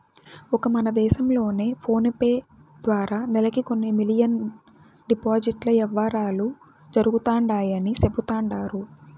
ఒక్క మన దేశం లోనే ఫోనేపే ద్వారా నెలకి కొన్ని మిలియన్ డిజిటల్ యవ్వారాలు జరుగుతండాయని సెబుతండారు